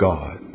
God